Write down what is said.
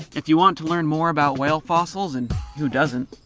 if you want to learn more about whale fossils, and who doesn't,